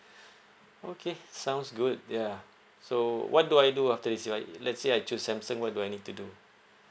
okay sounds good ya so what do I do after this like let's say I choose samsung what do I need to do